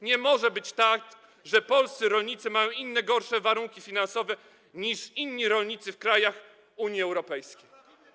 Nie może być tak, że polscy rolnicy mają inne, gorsze warunki finansowe niż rolnicy w krajach Unii Europejskiej.